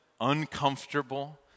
uncomfortable